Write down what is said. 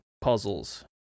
puzzles